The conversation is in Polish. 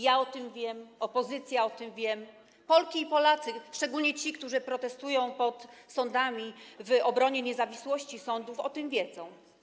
Ja o tym wiem, opozycja o tym wiem, Polki i Polacy, szczególnie ci, którzy protestują pod sądami w obronie niezawisłości sądów, o tym wiedzą.